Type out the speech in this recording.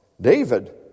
David